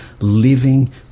living